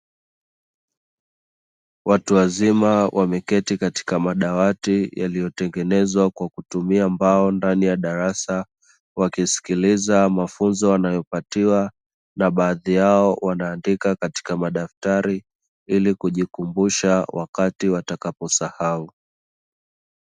Watu wazima wameketi katika wameketi katika madawati yaliyo tengenezwa kwa kutumia mbao ndani ya darasa, wakisikiliza mafunzo wanayo patiwa na baadhi yao wanaandika katika madaftari, ili kujikumbusha wakati wanapo sahau.